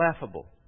laughable